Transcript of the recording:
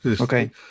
Okay